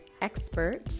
expert